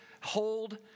hold